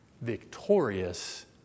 victorious